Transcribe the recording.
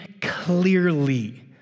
clearly